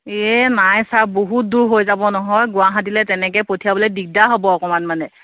এই নাই ছাৰ বহুত দূৰ হৈ যাব নহয় গুৱাহাটীলৈ তেনেকৈ পঠিয়াবলৈ দিগদাৰ হ'ব অকণমান মানে